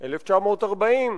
1940,